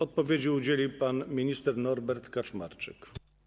Odpowiedzi udzieli pan minister Norbert Kaczmarczyk.